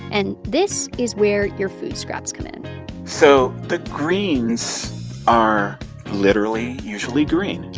and this is where your food scraps come in so the greens are literally usually green,